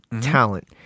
Talent